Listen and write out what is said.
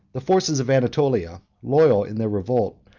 the forces of anatolia, loyal in their revolt,